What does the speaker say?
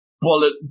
bullet